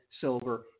silver